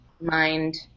mind